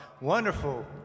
wonderful